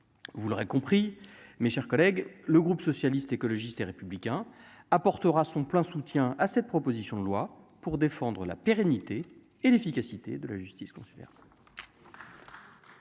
vous l'aurez compris mes chers collègues, le groupe socialiste, écologiste et républicain apportera son plein soutien à cette proposition de loi pour défendre la pérennité et l'efficacité de la justice consulaire.